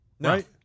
Right